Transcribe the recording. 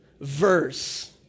verse